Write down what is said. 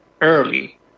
early